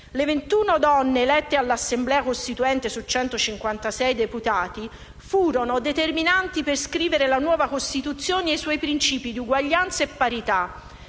Le 21 donne elette all'Assemblea costituente (su 156 deputati) furono determinanti per scrivere la nuova Costituzione e i suoi principi di uguaglianza e parità.